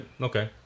okay